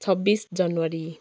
छब्बिस जनवरी